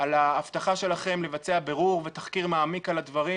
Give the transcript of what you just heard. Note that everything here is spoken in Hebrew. על ההבטחה שלכם לבצע בירור ותחקיר מעמיק על הדברים